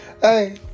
Hey